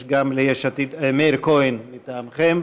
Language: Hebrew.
יש גם ליש עתיד את מאיר כהן מטעמכם,